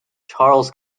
charles